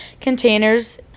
containers